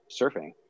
surfing